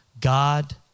God